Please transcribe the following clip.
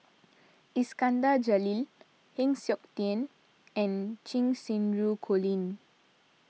Iskandar Jalil Heng Siok Tian and Cheng Xinru Colin